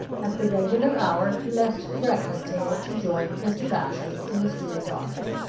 at the regular hour he left the breakfast-table to join mr. bashwood in the steward's office.